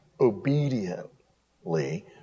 obediently